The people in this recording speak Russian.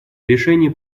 решения